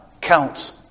Counts